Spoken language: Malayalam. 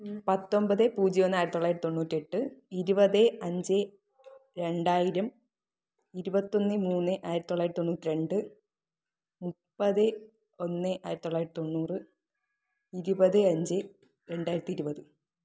പത്തൊൻപത് പൂജ്യം ഒന്ന് ആയിരത്തിത്തൊള്ളായിരത്തി തൊണ്ണൂറ്റെട്ട് ഇരുപത് അഞ്ച് രണ്ടായിരം ഇരുപത്തൊന്ന് മൂന്ന് ആയിരത്തിത്തൊള്ളായിരത്തി തൊണ്ണൂറ്റി രണ്ട് മുപ്പത് ഒന്ന് ആയിരത്തിത്തൊള്ളായിരത്തി തൊണ്ണൂറ് ഇരുപത് അഞ്ച് രണ്ടായിരത്തി ഇരുപത്